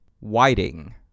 Whiting